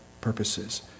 purposes